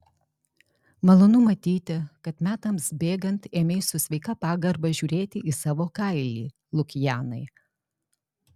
malonu matyti kad metams bėgant ėmei su sveika pagarba žiūrėti į savo kailį lukianai